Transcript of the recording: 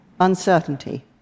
Uncertainty